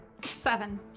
seven